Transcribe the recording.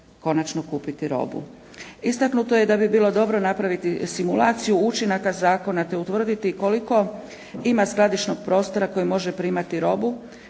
konačno kupiti robu. Istaknuto je da bi bilo dobro napraviti simulaciju učinaka zakona te utvrditi koliko ima skladišnog prostora koji može primati robu,